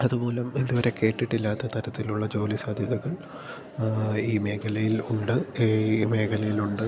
അത് മൂലം ഇതു വരെ കേട്ടിട്ടില്ലാത്ത തരത്തിലുള്ള ജോലി സാധ്യതകൾ ആ ഈ മേഖലയിൽ ഉണ്ട് ഈ മേഖലയിലുണ്ട്